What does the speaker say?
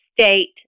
state